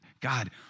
God